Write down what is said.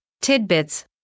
tidbits